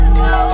go